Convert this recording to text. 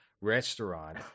restaurant